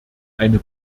eine